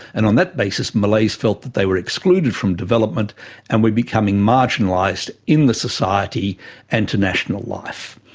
and on that basis malays felt that they were excluded from development and were becoming marginalised in the society and to national life.